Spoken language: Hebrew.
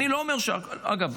אגב,